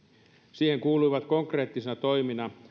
siihen kuuluivat konkreettisina toimina